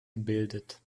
gebildet